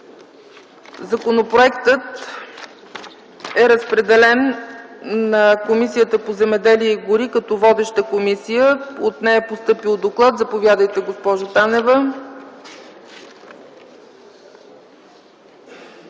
Законопроектът е разпределен на Комисията по земеделието и горите като водеща комисия. От нея е постъпил доклад. Заповядайте, госпожо Танева.